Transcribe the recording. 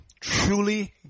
truly